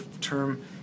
term